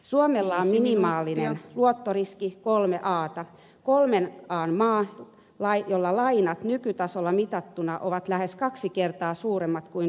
suomella on minimaalinen luottoriski kolme ata kolmen an maa jolla lainat nykytasolla mitattuna ovat lähes kaksi kertaa suuremmat kuin tulot